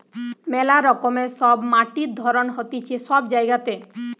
মেলা রকমের সব মাটির ধরণ হতিছে সব জায়গাতে